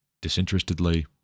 disinterestedly